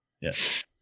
Yes